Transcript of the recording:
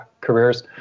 careers